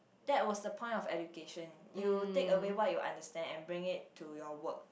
that was the point of education you take away what you understand and bring it to your work